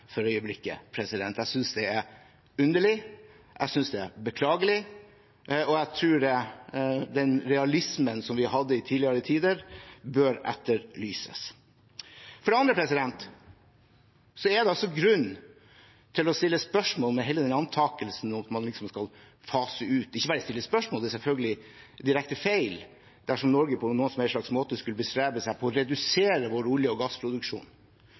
for øyeblikket. Jeg synes det er underlig, jeg synes det er beklagelig – og jeg tror den realismen som vi hadde i tidligere tider, bør etterlyses. For det andre er det grunn til å stille spørsmål ved hele antakelsen om at man liksom skal fase ut olje- og gassproduksjonen – men ikke bare stille spørsmål: Det er selvfølgelig direkte feil at Norge på noen som helst måte skulle bestrebe seg på å redusere sin olje- og gassproduksjon.